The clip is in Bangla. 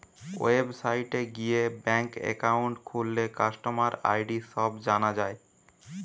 ওয়েবসাইটে গিয়ে ব্যাঙ্ক একাউন্ট খুললে কাস্টমার আই.ডি সব জানা যায়